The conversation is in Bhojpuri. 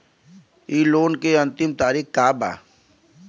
इ लोन के अन्तिम तारीख का बा?